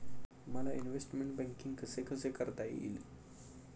मला investment banking कसे कसे करता येईल?